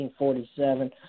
1947